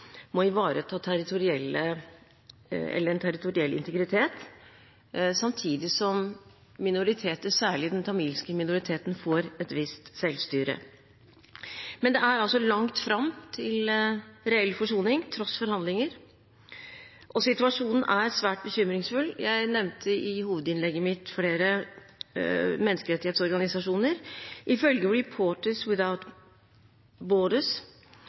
må ivareta den territorielle integritet, samtidig som minoriteter, særlig den tamilske, får et visst selvstyre. Men det er langt fram til reell forsoning, tross forhandlinger. Situasjonen er svært bekymringsfull. Jeg nevnte i hovedinnlegget mitt flere menneskerettighetsorganisasjoner. Ifølge